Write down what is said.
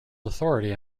authority